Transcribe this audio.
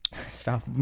Stop